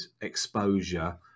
exposure